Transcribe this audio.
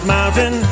Mountain